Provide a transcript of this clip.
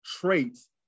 traits